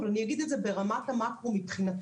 אבל אני אגיד את זה ברמת המאקרו מבחינתנו.